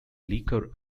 liquor